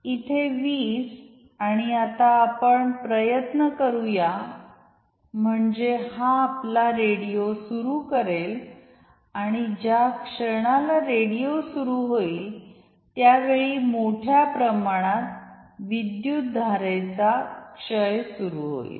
इथे 20 आणि आता आपण प्रयत्न करूया म्हणजे हा आपला रेडिओ सुरू करेल आणि ज्या क्षणाला रेडिओ सुरू होईल त्यावेळी मोठ्या प्रमाणात विद्युत धारेचा क्षय सुरू होईल